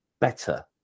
better